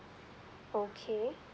okay